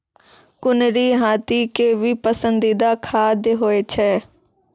कुनरी हाथी के भी पसंदीदा खाद्य होय छै